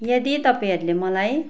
यदि तपाईँहरूले मलाई